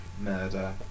murder